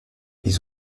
ils